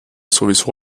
sowieso